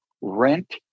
rent